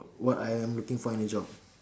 what I am looking for in a job